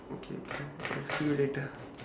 okay then I'll see you later